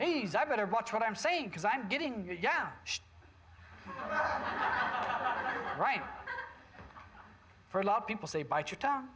these i better watch what i'm saying because i'm getting yeah right for a lot of people say bite your tongue